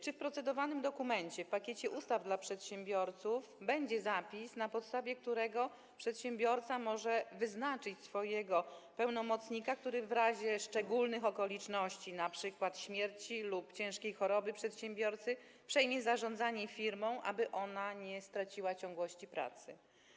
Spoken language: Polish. Czy w procedowanym dokumencie, w pakiecie ustaw dla przedsiębiorców będzie zapis, na podstawie którego przedsiębiorca może wyznaczyć swojego pełnomocnika, który w razie szczególnych okoliczności, np. śmierci lub ciężkiej choroby przedsiębiorcy, przejmie zarządzanie firmą, aby nie straciła ona ciągłości pracy?